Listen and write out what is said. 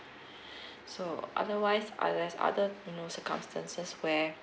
so otherwise unless other you know circumstances where